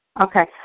Okay